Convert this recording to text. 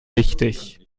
wichtig